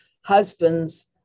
husband's